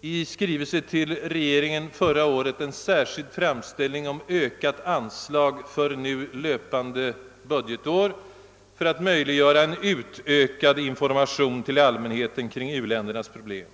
i skrivelse till regeringen förra året en särskild framställning om ökat anslag för nu löpande budgetår för att möjliggöra en utökad information till allmänheten om u-ländernas problem.